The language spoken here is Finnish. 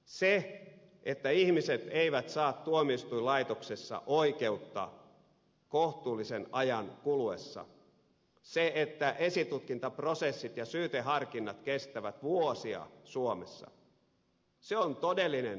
se että ihmiset eivät saa tuomioistuinlaitoksessa oikeutta kohtuullisen ajan kuluessa ja se että esitutkintaprosessit ja syyteharkinnat kestävät vuosia on todellinen ihmisoikeusongelma suomessa